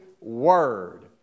word